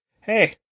hey